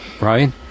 right